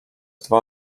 dwa